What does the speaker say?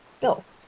bills